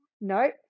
Nope